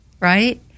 Right